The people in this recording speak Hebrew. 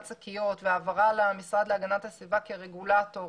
שקיות והעברה למשרד להגנת הסביבה כרגולטור,